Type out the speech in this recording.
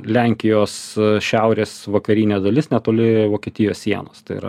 lenkijos šiaurės vakarinė dalis netoli vokietijos sienos tai yra